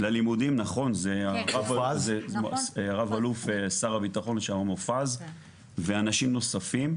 נכון זה שר הביטחון שאול מופז ואנשים נוספים.